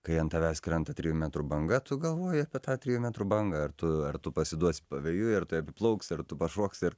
kai ant tavęs krenta trijų metrų banga tu galvoji apie tą trijų metrų bangą ir tu ar tu pasiduosi pavėjui ir taip plauksi ar tu pašoksi ar